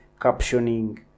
captioning